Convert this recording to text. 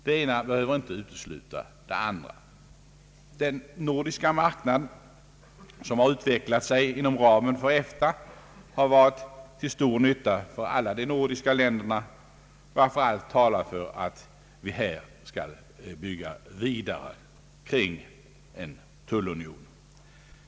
Det ena behöver inte utesluta det andra. Den nordiska marknad som utvecklat sig inom ramen för EFTA har varit till stor nytta för alla de nordiska länderna, varför allt talar för att vi här bör bygga vidare med en tullunion.